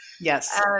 Yes